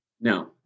No